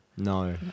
No